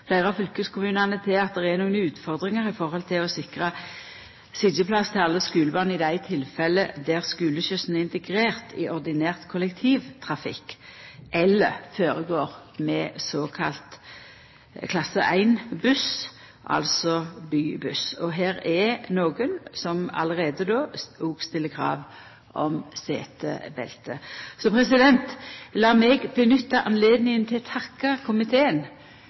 fleire av fylkeskommunane til at det er nokre utfordringar når det gjeld å sikra sitjeplass til alle skulebarn i dei tilfella der skuleskyssen er integrert i ordinær kollektivtrafikk eller føregår med såkalla klasse 1-buss, altså bybuss. Det er nokre som allereie òg stiller krav om setebelte. Lat meg nytta høvet til å takka komiteen